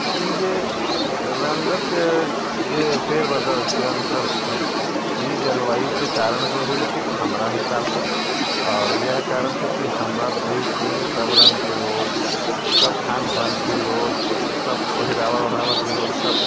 तऽ ई जे रङ्गक जे फेर बदल छै अन्तर छै ई जलवायुके कारणसँ होइ छै हमरा हिसाबसँ आओर इएह कारण छै कि हमर देशमे सभ रङ्गके लोक सभ खान पानके लोक सभ पहिरावा ओढ़ावाके लोकसभ